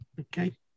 Okay